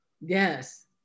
yes